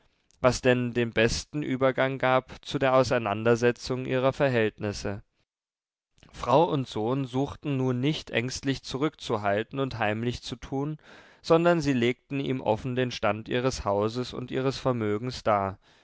was denn den besten übergang gab zu der auseinandersetzung ihrer verhältnisse frau und sohn suchten nun nicht ängstlich zurückzuhalten und heimlich zu tun sondern sie legten ihm offen den stand ihres hauses und ihres vermögens dar